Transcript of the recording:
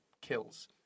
kills